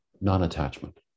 non-attachment